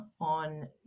on